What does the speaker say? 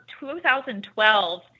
2012